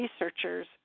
researchers